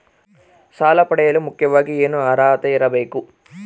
ಸಾಲ ಪಡೆಯಲು ಮುಖ್ಯವಾಗಿ ಏನು ಅರ್ಹತೆ ಇರಬೇಕು?